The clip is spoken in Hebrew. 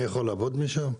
אני יכול לעבוד משם?